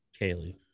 Kaylee